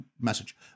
message